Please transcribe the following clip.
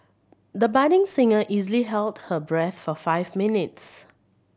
the budding singer easily held her breath for five minutes